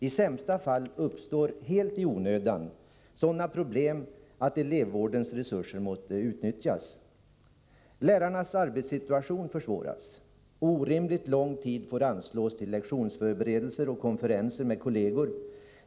I sämsta fall uppstår helt i onödan sådana problem att elevvårdens resurser måste utnyttjas. Lärarnas arbetssituation försvåras. Orimligt lång tid får anslås till lektionsförberedelser och konferenser med kollegor.